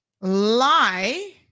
lie